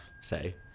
say